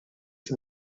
for